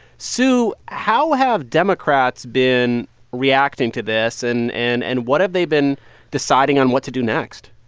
sue, how have democrats been reacting to this? and and and what have they been deciding on what to do next?